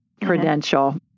credential